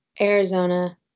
Arizona